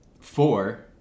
Four